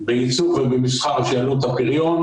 --- או במסחר שיעלו את הפריון,